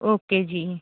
okay ਜੀ